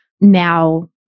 Now